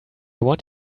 want